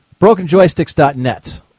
BrokenJoysticks.net